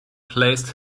placed